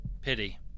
Pity